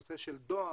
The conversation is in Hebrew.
נושא של דואר,